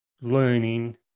Learning